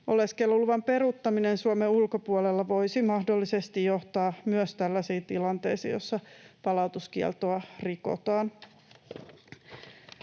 Oleskeluluvan peruuttaminen Suomen ulkopuolella voisi mahdollisesti johtaa myös tällaisiin tilanteisiin, joissa palautuskieltoa rikotaan.